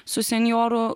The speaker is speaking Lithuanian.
su senjoru